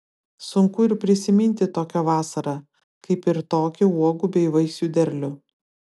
sunku ir prisiminti tokią vasarą kaip ir tokį uogų bei vaisių derlių